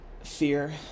fear